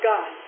God